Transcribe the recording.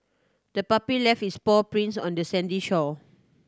the puppy left its paw prints on the sandy shore